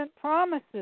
promises